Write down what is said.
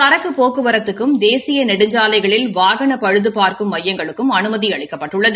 சரக்கு போக்குவரத்துக்கும் தேசிய நெடுஞ்சாலைகளில் வாகன பழுது பார்க்கும் மையங்களுக்கும் அமைதி அளிக்கப்பட்டுள்ளது